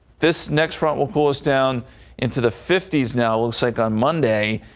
this next front will cool us down into the fifty s now looks like on monday.